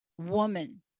woman